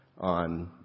on